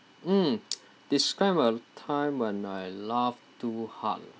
mm describe a time when I laughed too hard ah